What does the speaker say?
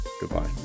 Goodbye